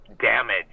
damage